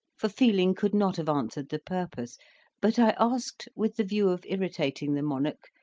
for feeling could not have answered the purpose but i asked with the view of irritating the monarch,